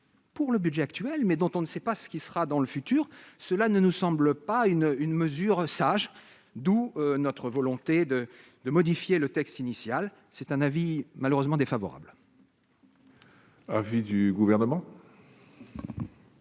pour le budget actuel mais dont on ne sait pas ce qui sera dans le futur, cela ne nous semble pas une une mesure sage, d'où notre volonté de de modifier le texte initial, c'est un avis malheureusement défavorable. L'avis du gouvernement.